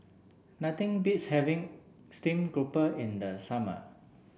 nothing beats having steam grouper in the summer